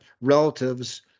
relatives